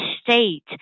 state